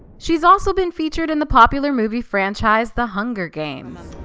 she's also been featured in the popular movie franchise, the hunger games.